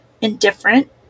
indifferent